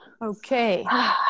Okay